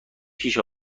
پیش